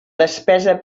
despesa